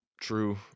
True